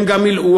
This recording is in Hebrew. הם גם מילאו,